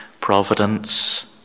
providence